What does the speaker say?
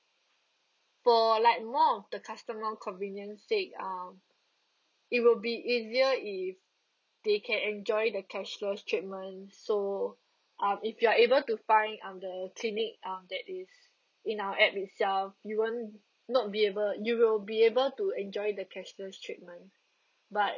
for like more of the customer convenient sake um it will be easier if they can enjoy the cashless treatment so uh if you are able to find um the clinic um that is in our app itself you won't not be able you will be able to enjoy the cashless treatment but